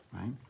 right